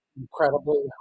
Incredibly